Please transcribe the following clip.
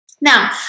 Now